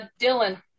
Dylan